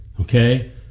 okay